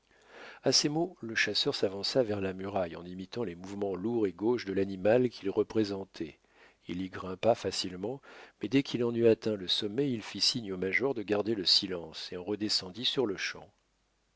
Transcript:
à ces mots le chasseur s'avança vers la muraille en imitant les mouvements lourds et gauches de l'animal qu'il représentait il y grimpa facilement mais dès qu'il en eut atteint le sommet il fit signe au major de garder le silence et en redescendit sur-le-champ